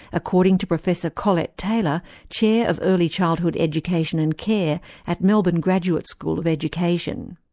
according to professor collette tayler, chair of early childhood education and care at melbourne graduate school of education.